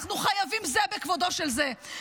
אנחנו חייבים זה בכבודו של זה.